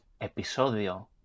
episodio